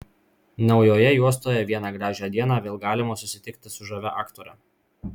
naujoje juostoje vieną gražią dieną vėl galima susitikti su žavia aktore